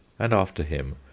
and, after him,